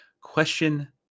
question